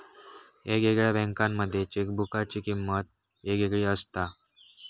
येगयेगळ्या बँकांमध्ये चेकबुकाची किमंत येगयेगळी असता